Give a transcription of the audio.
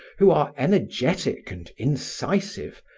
who are energetic and incisive,